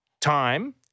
time